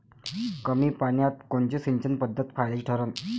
कमी पान्यात कोनची सिंचन पद्धत फायद्याची ठरन?